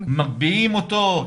מגביהים אותו,